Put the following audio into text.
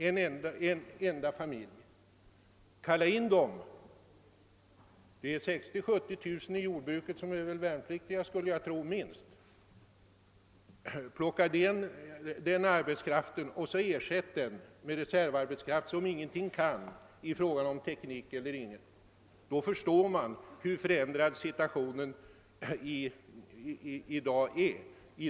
Sedan finns det väl minst 60 000—70 000 personer i jordbruket som är värnpliktiga. Kalla in den arbetskraften och ersätt den med reservarbetskraft som oftast ingenting kan av modern jordbruksteknik. Då för står man kanske hur förändrad situationen i dag är.